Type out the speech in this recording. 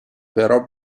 però